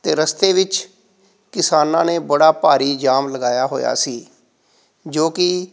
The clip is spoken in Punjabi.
ਅਤੇ ਰਸਤੇ ਵਿੱਚ ਕਿਸਾਨਾਂ ਨੇ ਬੜਾ ਭਾਰੀ ਜਾਮ ਲਗਾਇਆ ਹੋਇਆ ਸੀ ਜੋ ਕਿ